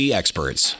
experts